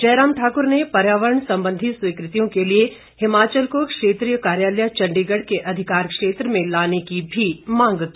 जयराम ठाकुर ने पर्यावरण संबंधी स्वीकृतियों के लिए हिमाचल को क्षेत्रीय कार्यालय चण्डीगढ़ के अधिकार क्षेत्र में लाने की भी मांग की